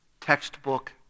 textbook